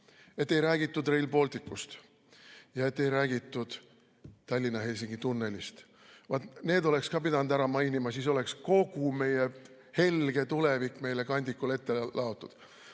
et ei räägitud Rail Balticust ja et ei räägitud Tallinna-Helsingi tunnelist. Need oleks pidanud ka ära mainima, siis oleks kogu meie helge tulevik meile kandikul ette laotud.